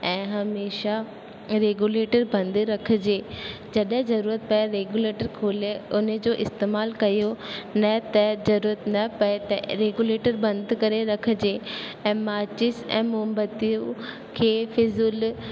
ऐं हमेशा रेगुलेटर बंदि रखिजे जॾहिं ज़रूरत पए रेगुलेटर खोले उन जो इस्तेमालु कयो न त ज़रूरत न पए त रेगुलेटर बंदि करे रखिजे ऐं माचिस ऐं मोमबतियूं खे फिज़ूल